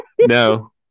No